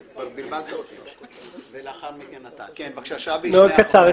מאוד קצר.